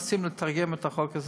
מנסים לתרגם את החוק הזה.